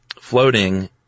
floating